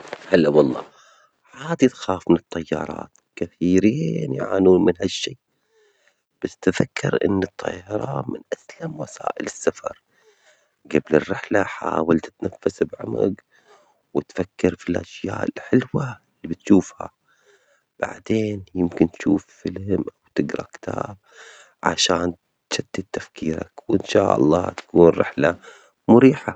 هلا والله، عادي تخاف من الطيارات، كثيرين يعانون من هالشي، بس تذكر أن الطيران من أسلم وسائل السفر، جبل الرحلة حاول تتنفس بعمج وتفكر في الأشياء الحلوة اللي بتشوفها، بعدين يمكن تشوف فيلم وتقرأ كتاب عشان تشتت تفكيرك، وإن شاء الله تكون رحلة مريحة.